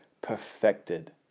perfected